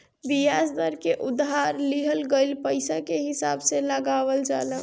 बियाज दर के उधार लिहल गईल पईसा के हिसाब से लगावल जाला